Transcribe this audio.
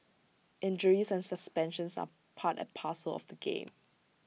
injuries and suspensions are part and parcel of the game